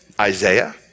Isaiah